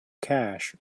cash